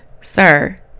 sir